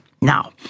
now